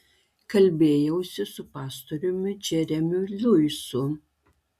kalbėjausi su pastoriumi džeremiu luisu